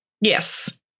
Yes